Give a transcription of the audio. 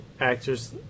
actors